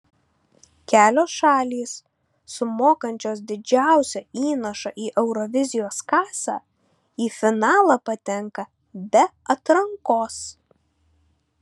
kelios šalys sumokančios didžiausią įnašą į eurovizijos kasą į finalą patenka be atrankos